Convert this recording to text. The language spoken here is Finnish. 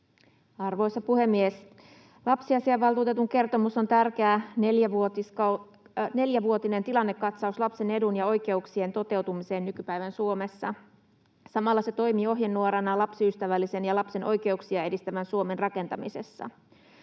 Arvoisa puhemies! Lapsiasiainvaltuutetun kertomus on tärkeä neljävuotinen tilannekatsaus lapsen edun ja oikeuksien toteutumiseen nykypäivän Suomessa. Samalla se toimii ohjenuorana lapsiystävällisen ja lapsen oikeuksia edistävän Suomen rakentamisessa.